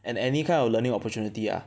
and any kind of learning opportunity ah